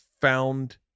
found